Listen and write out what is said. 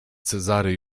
cezary